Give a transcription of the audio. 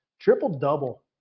Triple-double